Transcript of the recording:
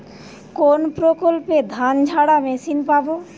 কোনপ্রকল্পে ধানঝাড়া মেশিন পাব?